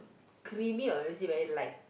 creamy or is it very light